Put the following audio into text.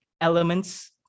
elements